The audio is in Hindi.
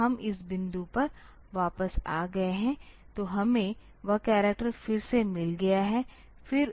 तो हम इस बिंदु पर वापस आ गए हैं तो हमें वह करैक्टर फिर से मिल गया है